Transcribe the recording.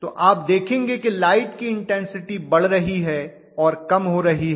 तो आप देखेंगे कि लाइट की इन्टेन्सिटी बढ़ रही है और कम हो रही है